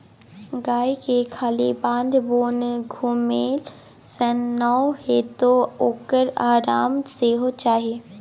गायके खाली बाध बोन घुमेले सँ नै हेतौ ओकरा आराम सेहो चाही